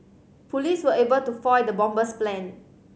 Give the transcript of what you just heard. police were able to foil the bomber's plan